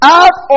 out